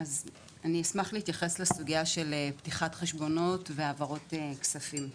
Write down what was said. אז אני אשמח להתייחס לסוגיה של פתיחת חשבונות והעברות כספים,